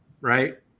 right